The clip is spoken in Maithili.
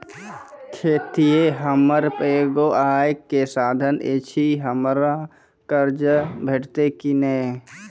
खेतीये हमर एगो आय के साधन ऐछि, हमरा कर्ज भेटतै कि नै?